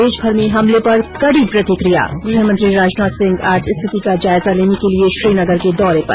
देशभर में हमले पर कड़ी प्रतिकिया गृह मंत्री राजनाथ सिंह आज स्थिति का जायजा लेने के लिये श्रीनगर के दौरे पर